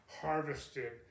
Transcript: harvested